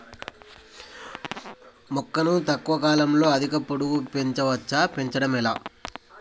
మొక్కను తక్కువ కాలంలో అధిక పొడుగు పెంచవచ్చా పెంచడం ఎలా?